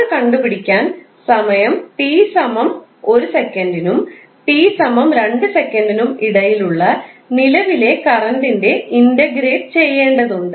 അത് കണ്ടുപിടിക്കാൻ സമയം t 1s നും 𝑡 2s നും ഇടയിലുള്ള നിലവിലെ കറൻറ്ൻറെ ഇൻററഗ്രേറ്റ് ചെയ്യേണ്ടതുണ്ട്